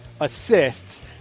assists